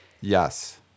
yes